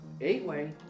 Eight-way